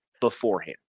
beforehand